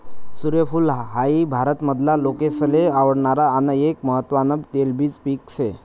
सूर्यफूल हाई भारत मधला लोकेसले आवडणार आन एक महत्वान तेलबिज पिक से